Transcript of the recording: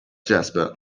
jasper